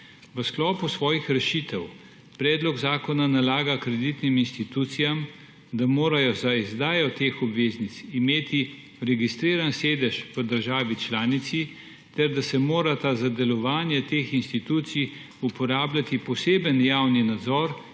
V sklopu svojih rešitev predlog zakona nalaga kreditnim institucijam, da morajo za izdajo teh obveznic imeti registriran sedež v državi članici ter da se morata za delovanje teh institucij uporabljati poseben javni nadzor